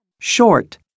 short